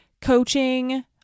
coaching